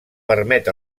permet